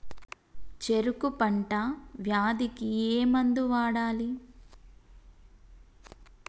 చెరుకు పంట వ్యాధి కి ఏ మందు వాడాలి?